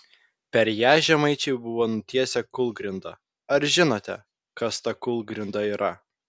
per ją žemaičiai buvo nutiesę kūlgrindą ar žinote kas ta kūlgrinda yra